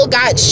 got